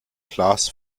klaas